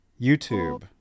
YouTube